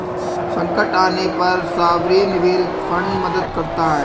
संकट आने पर सॉवरेन वेल्थ फंड मदद करता है